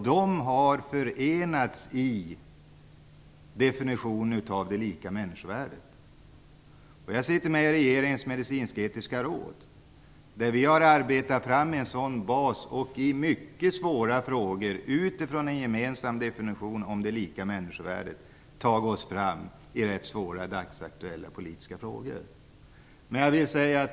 De har förenats i definitionen av det lika människovärdet. Jag sitter med i regeringens medicinsk-etiska råd, där vi har arbetat fram en sådan bas och i mycket svåra frågor utifrån en gemensam definition om det lika människovärdet tagit oss fram i ganska svåra dagsaktuella politiska frågor.